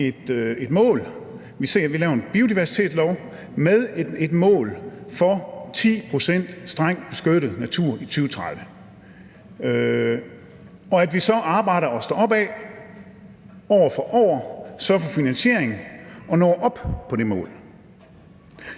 vi laver en biodiversitetslov med et mål for 10 pct. strengt beskyttet natur i 2030, og at vi så arbejder os deropad år for år, sørger for finansiering og når op på det mål.